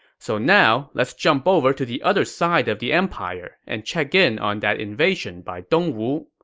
so now, let's jump over to the other side of the empire and check in on that invasion by dongwu.